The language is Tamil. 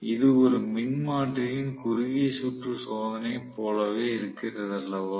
இது ஒரு மின்மாற்றியின் குறுகிய சுற்று சோதனையை போலவே இருக்கிறதல்லவா